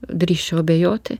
drįsčiau abejoti